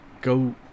go-